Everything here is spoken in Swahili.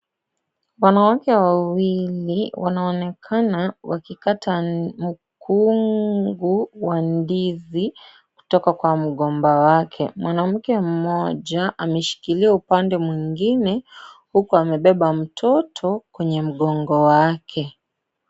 Wanawake wawili wanaonekana wakikata mkungu wa ndizi kutoka kwa mgomba wake. Mwanamke mmoja ameshikilia upande mwingine huku amebeba mtoto kwenye mgongo wake.